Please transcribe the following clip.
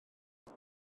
fydd